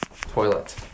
toilet